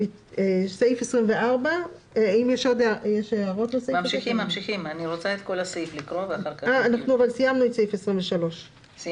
יש הערות לתקנה 23?